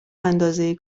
اندازه